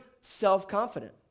self-confident